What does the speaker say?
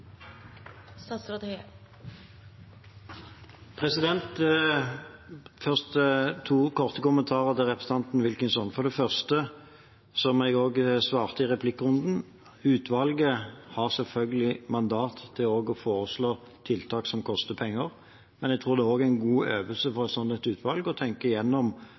Først to korte kommentarer til representanten Wilkinson: For det første, som jeg også svarte i replikkrunden: Utvalget har selvfølgelig mandat til også å foreslå tiltak som koster penger, men jeg tror også det er en god øvelse for et slikt utvalg å tenke